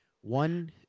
one